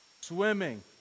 swimming